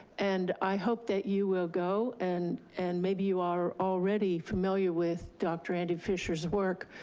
and i hope that you will go and and maybe you are already familiar with dr. andy fisher's work.